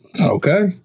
Okay